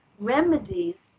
remedies